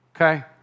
okay